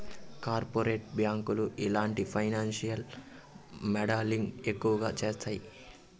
corporate బ్యాంకులు ఇలాంటి financial modelling ఎక్కువ చేత్తాయి